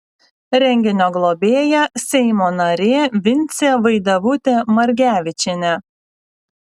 renginio globėja seimo narė vincė vaidevutė margevičienė